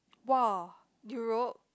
!wah! Europe